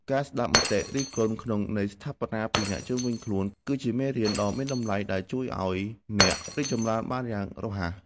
ការស្ដាប់មតិរិះគន់ក្នុងន័យស្ថាបនាពីអ្នកជុំវិញខ្លួន គឺជាមេរៀនដ៏មានតម្លៃដែលជួយឱ្យអ្នករីកចម្រើនបានយ៉ាងរហ័ស។